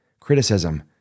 criticism